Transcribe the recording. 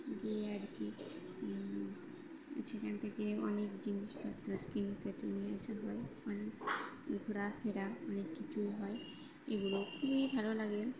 দিয়ে আর কি সেখান থেকে অনেক জিনিসপত্র কিনেকেটে নিয়ে আসা হয় অনেক ঘোরাফেরা অনেক কিছুই হয় এগুলো খুবই ভালো লাগে